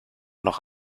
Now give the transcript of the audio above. noch